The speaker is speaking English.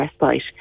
respite